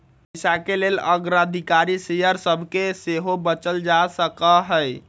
पइसाके लेल अग्राधिकार शेयर सभके सेहो बेचल जा सकहइ